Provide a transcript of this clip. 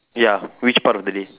ya which part of the day